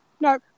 No